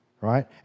right